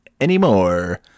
anymore